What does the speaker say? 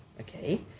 okay